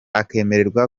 akemererwa